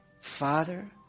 Father